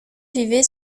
vivaient